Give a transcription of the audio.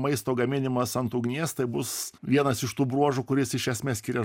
maisto gaminimas ant ugnies tai bus vienas iš tų bruožų kuris iš esmės skiria